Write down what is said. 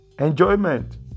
enjoyment